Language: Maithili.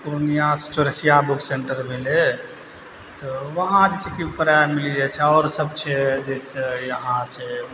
पूर्णिया चौरसिया बुक सेन्टर भेलै तऽ उहाँ जे छै से प्राय मिल जाइ छै आओर सभ जे छै जाहिसे इहाँ छै